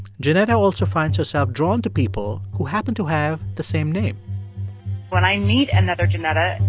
jeanetta also finds herself drawn to people who happen to have the same name when i meet another jeanetta,